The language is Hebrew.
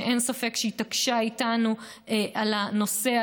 שאין ספק שהתעקשה איתנו על הנושא,